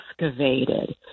excavated